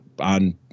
on